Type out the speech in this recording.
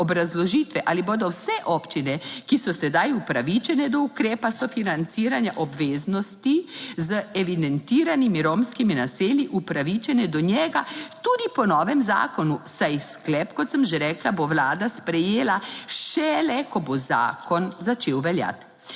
obrazložitve ali bodo vse občine, ki so sedaj upravičene do ukrepa sofinanciranja obveznosti z evidentiranimi romskimi naselji, upravičene do njega tudi po novem zakonu, saj sklep, kot sem že rekla, bo Vlada sprejela šele, ko bo zakon začel veljati.